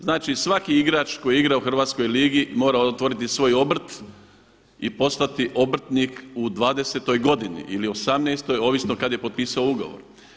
Znači svaki igrač koji igra u hrvatskoj ligi mora otvoriti svoj obrt i postati obrtnik u 20. godini ili 18.-toj ovisno kada je potpisao ugovor.